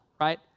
right